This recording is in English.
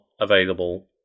available